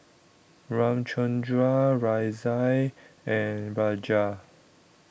Ramchundra Razia and Raja